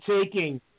taking